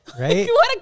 Right